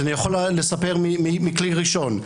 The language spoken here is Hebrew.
אני יכול לספר מכלי ראשון.